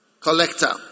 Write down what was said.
collector